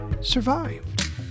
survived